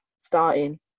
starting